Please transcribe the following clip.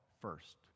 first